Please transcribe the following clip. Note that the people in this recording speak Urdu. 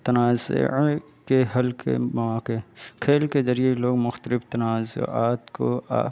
تنازعے کے حل کے مواقع کھیل کے ذریعے لوگ مختلف تنازعات کو